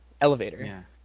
elevator